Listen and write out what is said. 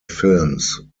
films